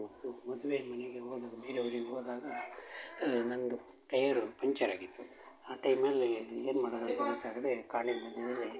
ಮದುವೆ ಮನೆಗೆ ಹೋದಾಗ್ ಬೇರೆ ಊರಿಗೆ ಹೋದಾಗ ನಂದು ಟೈಯರು ಪಂಚರಾಗಿತ್ತು ಆ ಟೈಮಲ್ಲಿ ಏನು ಮಾಡೋದು ಅಂತ ಗೊತ್ತಾಗದೆ ಕಾಡಿನ ಮಧ್ಯದಲ್ಲಿ